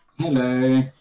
Hello